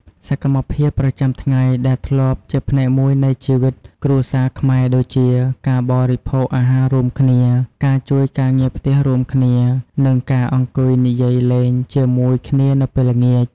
សកម្មភាពប្រចាំថ្ងៃដែលធ្លាប់ជាផ្នែកមួយនៃជីវិតគ្រួសារខ្មែរដូចជា ការបរិភោគអាហាររួមគ្នា ការជួយការងារផ្ទះរួមគ្នា និងការអង្គុយនិយាយលេងជាមួយគ្នានៅពេលល្ងាច។